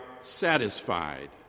satisfied